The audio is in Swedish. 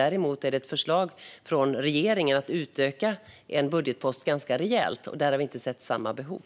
Däremot finns det ett förslag från regeringen om att utöka en budgetpost ganska rejält, och där har vi inte sett samma behov.